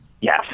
Yes